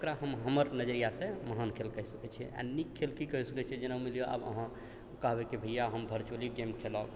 ओकरा हम हमर नजरिया से महान खेल कहि सकै छियै आ नीक खेल की कहि सकै छियै कि जेना मइन लिअ अहाँ कहबै कि भैया हम वर्चुअली गेम खेलब